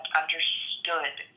understood